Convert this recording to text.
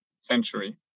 century